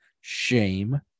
shame